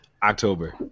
October